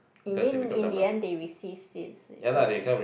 you mean in the end they resist it is it is it